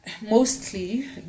mostly